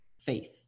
faith